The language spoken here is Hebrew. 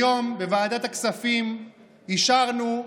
היום בוועדת הכספים אישרנו,